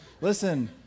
Listen